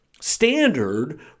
standard